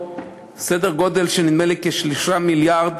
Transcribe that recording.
בסדר גודל של נדמה לי כ-3 מיליארד,